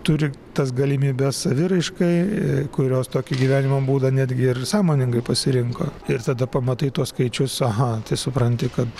turi tas galimybes saviraiškai kurios tokį gyvenimo būdą netgi ir sąmoningai pasirinko ir tada pamatai tuos skaičius aha tai supranti kad